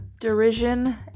derision